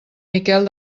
miquel